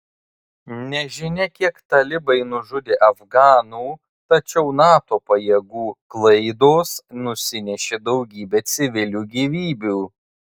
nežinia kiek talibai nužudė afganų tačiau nato pajėgų klaidos nusineša daugybę civilių gyvybių